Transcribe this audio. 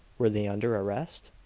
were they under arrest?